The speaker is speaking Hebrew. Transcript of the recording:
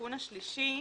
התיקון השלישי